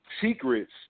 secrets